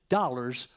dollars